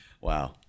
Wow